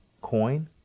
coin